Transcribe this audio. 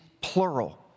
plural